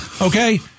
Okay